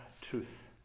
truth